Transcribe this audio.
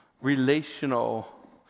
relational